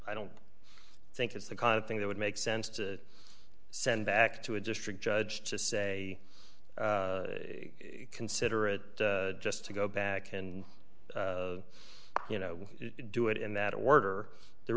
i don't think it's the kind of thing that would make sense to send back to a district judge to say considerate just to go back and you know do it in that order there